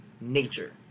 nature